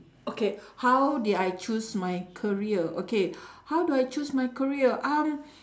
okay how did I choose my career okay how do I choose my career um